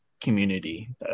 community